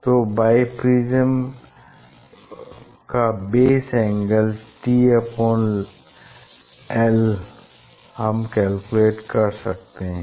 तो बाइप्रिज्म का base angle tl हम कैलकुलेट कर सकते हैं